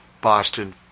Boston